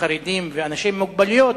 חרדים ובעלי מוגבלויות,